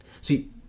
See